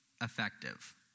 effective